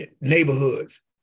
neighborhoods